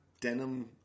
denim